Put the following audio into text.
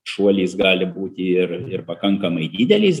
šuolis gali būti ir ir pakankamai didelis